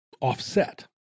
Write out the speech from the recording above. offset